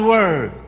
Word